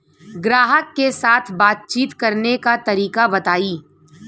ग्राहक के साथ बातचीत करने का तरीका बताई?